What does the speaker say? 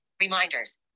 reminders